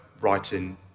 writing